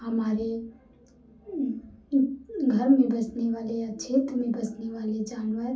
हमारे घर में बसने वाले या क्षेत्र में बसने वाले जानवर